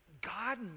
God